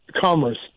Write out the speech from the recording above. commerce